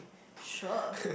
sure